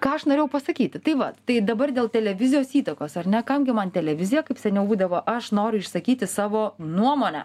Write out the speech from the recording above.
ką aš norėjau pasakyti tai vat tai dabar dėl televizijos įtakos ar ne kam gi man televizija kaip seniau būdavo aš noriu išsakyti savo nuomonę